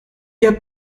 ihr